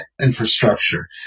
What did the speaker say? infrastructure